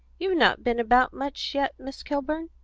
you've not been about much yet, miss kilburn?